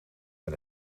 met